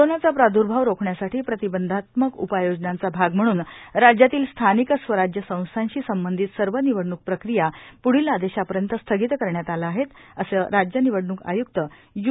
करोनाचा प्रादुर्भाव रोखण्यासाठी प्रतिबंधात्मक उपाययोजनांचा भाग म्हणून राज्यातील स्थानिक स्वराज्य संस्थांशी संबंधित सर्व निवडणूक प्रक्रिया प्ढील आदेशापर्यंत स्थगित करण्यात आल्या आहेत असे राज्य निवडणूक आयुक्त यू